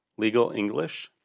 legalenglish